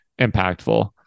impactful